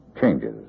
changes